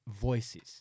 voices